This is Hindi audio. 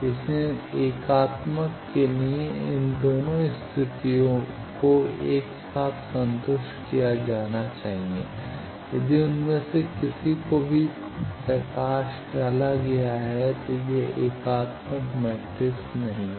इसलिए एकात्मक के लिए इन दोनों स्थितियों को एक साथ संतुष्ट किया जाना चाहिए यदि उनमें से किसी को भी प्रकाश डाला गया है तो यह एकात्मक मैट्रिक्स नहीं है